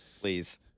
Please